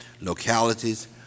localities